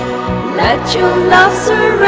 let your love